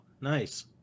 Nice